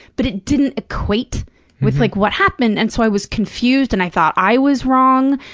but it didn't equate with, like, what happened, and so i was confused and i thought i was wrong,